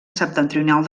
septentrional